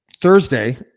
Thursday